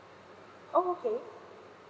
oh okay